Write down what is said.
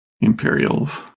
Imperials